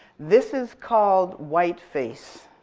this is called whiteface.